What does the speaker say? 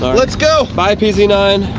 let's go. bye p z nine.